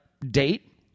date